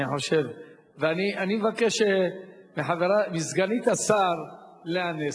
אני מבקש מסגנית השר לאה נס,